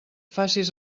facis